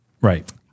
Right